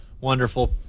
wonderful